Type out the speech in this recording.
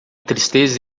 tristeza